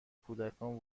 کودکان